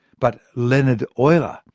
but leonard euler,